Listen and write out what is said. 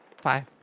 Five